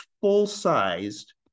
full-sized